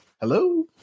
Hello